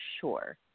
sure